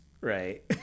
right